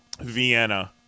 vienna